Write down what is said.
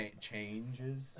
Changes